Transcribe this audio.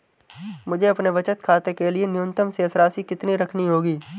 मुझे अपने बचत खाते के लिए न्यूनतम शेष राशि कितनी रखनी होगी?